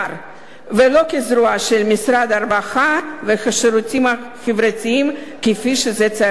ולא כזרוע של משרד הרווחה והשירותים החברתיים כפי שזה צריך להיות.